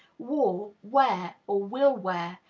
wore, wear, or will wear,